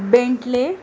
Bentley